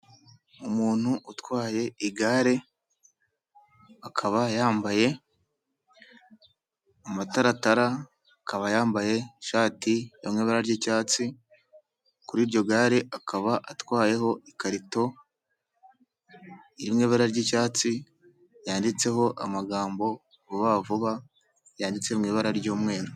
Umuntu utwaye igare akaba yambaye amataratara, akaba yambaye ishati y'ibara ry'icyatsi kuri iryo gare akaba atwayeho ikarito y'ibara ry'icyatsi yanditseho amagambo vuba vuba yanditse mu ibara ry'umweru.